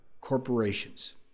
corporations